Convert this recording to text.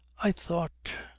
i thought.